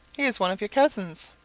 he is one of your cousins.